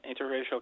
interracial